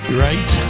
right